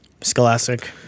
scholastic